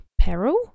peril